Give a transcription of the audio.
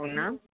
అవునా